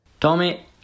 Tommy